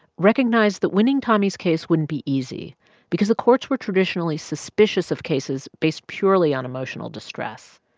recognized that winning tommy's case wouldn't be easy because the courts were traditionally suspicious of cases based purely on emotional distress.